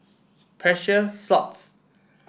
Precious Thots